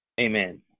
amen